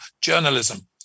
journalism